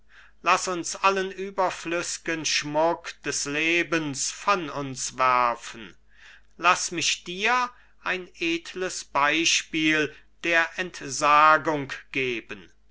laß uns allen überflüßgen schmuck des lebens von uns werfen laß mich dir ein edles beispiel der entsagung geben